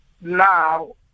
Now